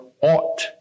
ought